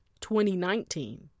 2019